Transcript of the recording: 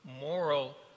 moral